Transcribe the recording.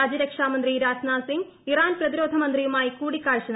രാജ്യരക്ഷാ മന്ത്രി രാജ്നാഥ് സിംഗ് ് ഇരാൻ പ്രതിരോധ മന്ത്രിയു മായി കൂടിക്കാഴ്ച നടത്തി